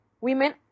women